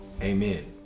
amen